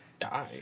Die